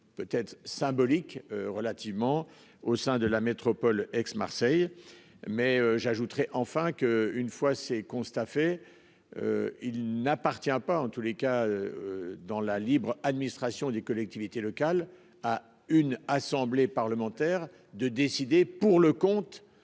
Peut être symbolique relativement au sein de la métropole Aix-Marseille. Mais j'ajouterai enfin que, une fois ces constats faits. Il n'appartient pas, en tous les cas. Dans la libre administration des collectivités locales à une assemblée parlementaire de décider pour le compte